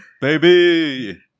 baby